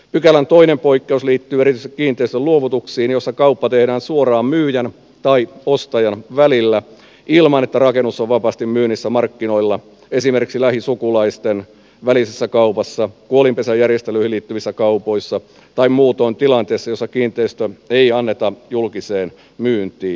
pykälän toinen poikkeus liittyy erityisesti kiinteistöjen luovutuksiin joissa kauppa tehdään suoraan myyjän tai ostajan välillä ilman että rakennus on vapaasti myynnissä markkinoilla esimerkiksi lähisukulaisten välisessä kaupassa kuolinpesän järjestelyihin liittyvissä kaupoissa tai muutoin tilanteessa jossa kiinteistöä ei anneta julkiseen myyntiin